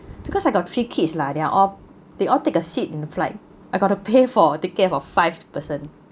because I've got three kids lah they all they all take a seat in the flight I gotta pay for ticket for five person